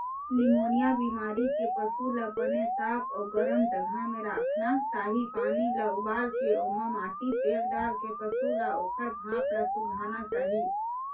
pneumonia बेमारी के पसू ल बने साफ अउ गरम जघा म राखना चाही, पानी ल उबालके ओमा माटी तेल डालके पसू ल ओखर भाप ल सूंधाना चाही